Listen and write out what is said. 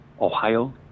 Ohio